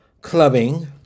clubbing